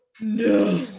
No